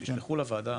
תשלחו לוועדה